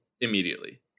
immediately